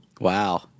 Wow